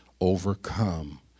overcome